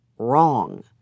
wrong